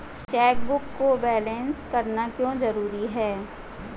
Chequebook को balance करना क्यों जरूरी है?